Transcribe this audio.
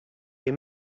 les